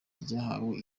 ryahawe